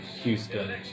Houston